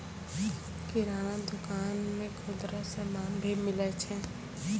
किराना दुकान मे खुदरा समान भी मिलै छै